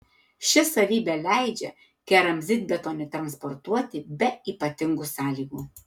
ši savybė leidžia keramzitbetonį transportuoti be ypatingų sąlygų